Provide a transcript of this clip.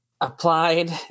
applied